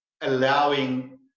allowing